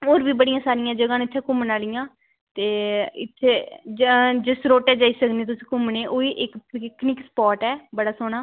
ते होर बी बड़ियां सारियां जगह न इत्थें घुम्मनै आह्लियां ते इत्थें जसरोटै जाई सकने तुस ओह्बी इत्थें पिकनिक स्पॉट ऐ बड़ा सोह्ना